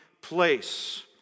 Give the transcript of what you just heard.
place